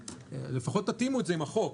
לפחות תתאימו את זה עם החוק.